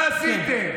מה עשיתם?